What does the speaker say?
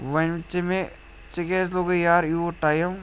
وۄنۍ ژےٚ مےٚ ژےٚ کیٛازِ لوٚگُے یارٕ یوٗت ٹایِم